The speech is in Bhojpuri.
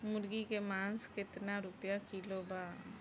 मुर्गी के मांस केतना रुपया किलो बा?